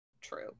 true